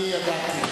אני ידעתי.